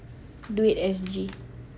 DuitSg